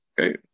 okay